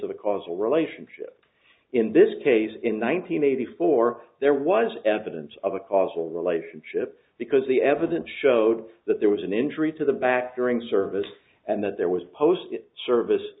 a causal relationship in this case in one thousand nine hundred four there was evidence of a causal relationship because the evidence showed that there was an injury to the back during service and that there was post service